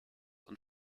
und